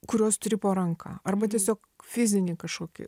kuriuos turi po ranka arba tiesiog fizinį kažkokį